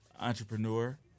entrepreneur